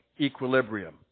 equilibrium